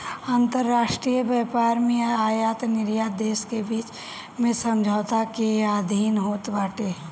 अंतरराष्ट्रीय व्यापार में आयत निर्यात देस के बीच में समझौता के अधीन होत बाटे